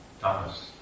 Thomas